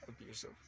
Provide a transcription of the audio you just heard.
abusive